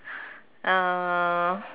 uh